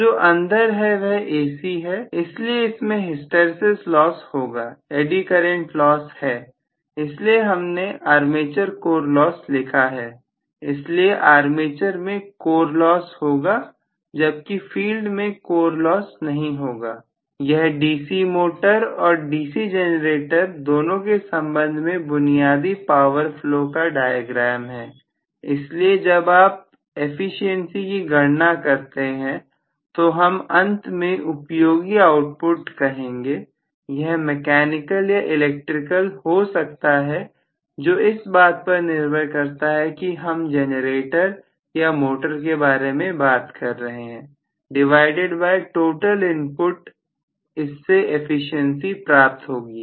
तो जो अंदर है वह AC है इसलिए इसमें हिस्टैरिसीस लॉस होगा एड्डी करंट लॉस है इसलिए हमने आर्मेचर कोर लॉस लिखा है इसलिए आर्मेचर में कोर लॉस होगा जबकि फील्ड में कोर लॉस नहीं होगा इसलिए यह डीसी मोटर और डीसी जनरेटर दोनों के संबंध में बुनियादी पावर फ्लो का डायग्राम है इसलिए जब आप एफिशिएंसी की गणना करते हैं तो हम अंत में उपयोगी आउटपुट कहेंगे यह मैकेनिकल या इलेक्ट्रिकल हो सकता है जो इस बात पर निर्भर करता है कि हम जनरेटर या मोटर के बारे में बात कर रहे हैं डिवाइडेड बाय टोटल इनपुट इससे एफिशिएंसी प्राप्त होगी